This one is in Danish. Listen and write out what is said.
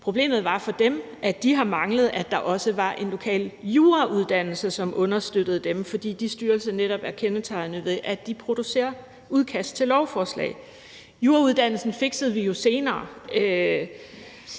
Problemet var for dem, at de har manglet, at der også var en lokal jurauddannelse, som understøttede dem, fordi de styrelser netop er kendetegnet ved, at de producerer udkast til lovforslag. Jurauddannelsen fiksede vi jo senere,